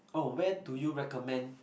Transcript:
oh where do you recommend